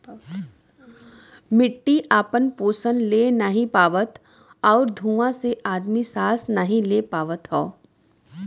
मट्टी आपन पोसन ले नाहीं पावत आउर धुँआ से आदमी सांस नाही ले पावत हौ